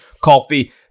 coffee